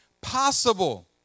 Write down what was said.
possible